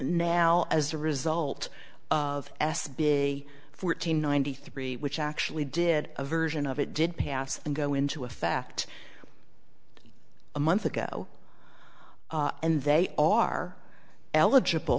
now as a result of s b fourteen ninety three which actually did a version of it did pass and go into effect a month ago and they are eligible